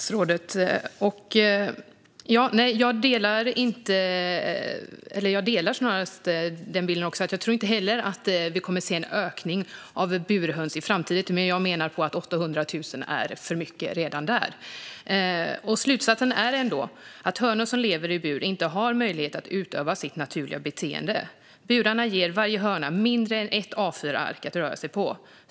Fru talman! Jag delar denna bild och tror inte heller att vi kommer att se en ökning av burhöns i framtiden. Jag menar bara att 800 000 är för många. Slutsatsen är ändå att hönor som lever i bur inte har möjlighet att utöva sitt naturliga beteende. Burarna ger varje höna mindre än ett A4-ark att röra sig på.